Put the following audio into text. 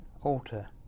alter